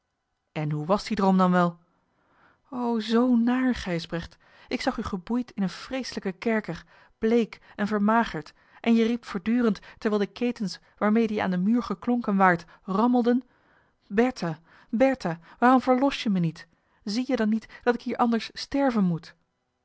en hoe was die droom dan wel o zoo naar gijsbrecht ik zag u geboeid in een vreeselijken kerker bleek en vermagerd en je riept voortdurend terwijl de ketens waarmede je aan den muur geklonken waart rammelden bertha bertha waarom verlos je me niet zie je dan niet dat ik hier anders sterven moet